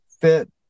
fit